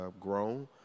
grown